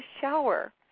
shower